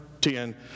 ten